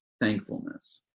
thankfulness